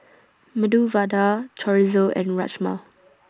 Medu Vada Chorizo and Rajma